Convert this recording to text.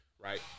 right